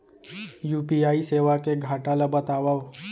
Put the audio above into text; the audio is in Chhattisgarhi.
यू.पी.आई सेवा के घाटा ल बतावव?